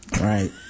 Right